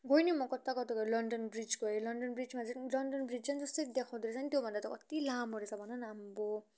गएँ नि म कता कता गएँ लन्डन ब्रिज गएँ लन्डन ब्रिजमा झन् लन्डन ब्रिज झन् जस्तो देखाउँदो रहेछ नि त्योभन्दा त कता लामो रहेछ भन न आम्बो